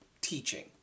teaching